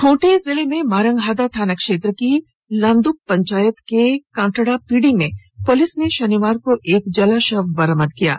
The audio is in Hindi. खूंटी जिले में मारंगहादा थाना क्षेत्र की लान्द्रप पंचायत के कांटड़ापीड़ी में पुलिस ने शनिवार को जला शव बरामद किया था